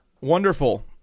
wonderful